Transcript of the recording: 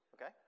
okay